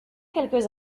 quelques